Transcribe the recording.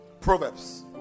Proverbs